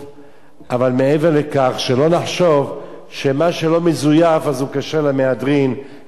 שלא נחשוב שמה שלא מזויף הוא כשר למהדרין ומותר לנו לשתות באופן חופשי.